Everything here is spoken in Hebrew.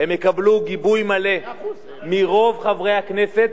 הם יקבלו גיבוי מלא מרוב חברי הכנסת,